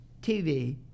TV